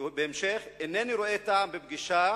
בהמשך: "אינני רואה טעם בפגישה